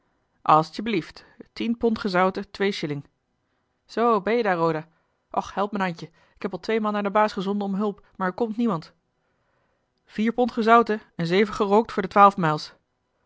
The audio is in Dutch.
belieft tien pond gezouten twee shilling zoo ben jij daar roda och help me een handje ik heb al twee maal naar den baas gezonden om hulp maar er komt niemand vier pond gezouten en zeven gerookt voor de twaalf